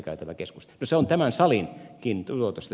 no se on tämän salinkin ongelma